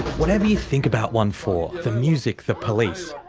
whatever you think about onefour, the music, the police.